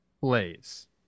plays